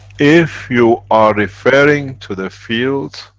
if you are referring to the fields,